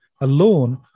alone